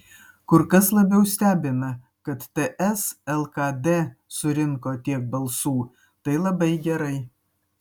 kur kas labiau stebina kad ts lkd surinko tiek balsų tai labai gerai